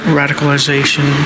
radicalization